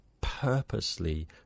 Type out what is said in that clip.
purposely